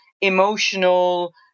emotional